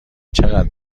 چقدر